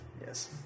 Yes